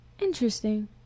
Interesting